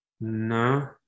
No